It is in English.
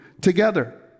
together